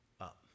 up